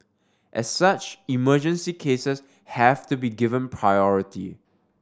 as such emergency cases have to be given priority